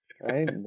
right